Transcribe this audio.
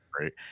right